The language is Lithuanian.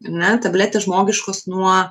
ar ne tabletės žmogiškos nuo